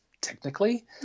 technically